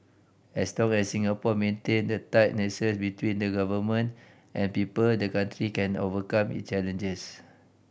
as long as Singapore maintain the tight nexus between the Government and people the country can overcome it challenges